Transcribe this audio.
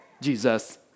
Jesus